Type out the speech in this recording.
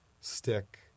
stick